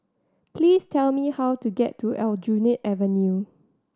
please tell me how to get to Aljunied Avenue